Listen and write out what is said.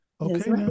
Okay